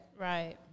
right